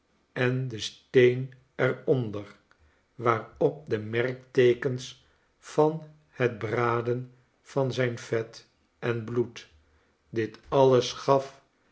en den steen er onder waarop de merkteekens van het braden van zijn vet en bloed dit alles gaf